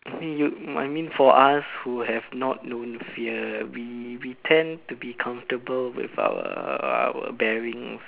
I mean you for us who have not known fear we we tend to be comfortable with our our bearings